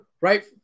right